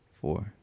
four